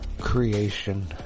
creation